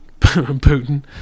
Putin